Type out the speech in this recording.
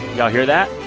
y'all hear that?